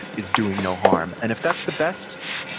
is doing no harm. and if that's the best,